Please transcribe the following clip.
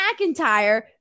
McIntyre